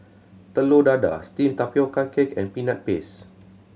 Telur Dadah steamed tapioca cake and Peanut Paste